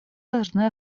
должны